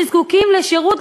שזקוקים לשירות,